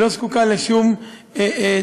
היא לא זקוקה לשום מתווך.